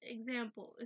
Example